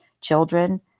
children